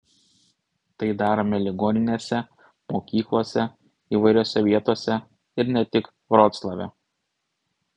tai darome ligoninėse mokyklose įvairiose vietose ir ne tik vroclave